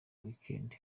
weekend